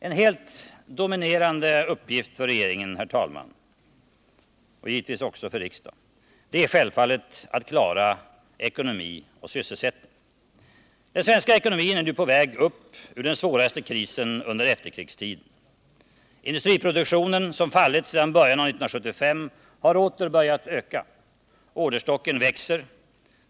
En helt dominerande uppgift för regeringen och givetvis också för riksdagen är självfallet att klara ekonomi och sysselsättning. Den svenska ekonomin är nu på väg upp ur den svåraste krisen under efterkrigstiden. Industriproduktionen, som fallit sedan början av 1975, har åter börjat öka. Orderstocken växer.